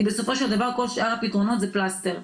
בסופו של דבר כל שאר הפתרונות זה פלסטר.